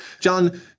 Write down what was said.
John